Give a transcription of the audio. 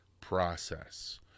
process